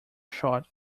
short